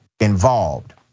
involved